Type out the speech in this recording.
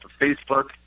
Facebook